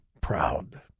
proud